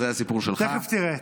תכף תראה.